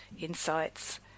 insights